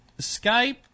Skype